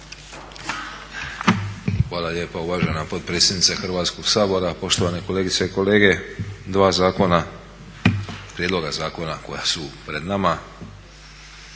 Hvala lijepa uvažena potpredsjednice Hrvatskog sabora. Poštovane kolegice i kolege. Dva prijedloga zakona koja su pred nama